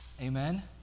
Amen